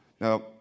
Now